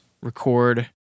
record